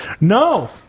No